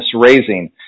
raising